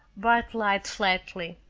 bart lied flatly.